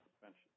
suspension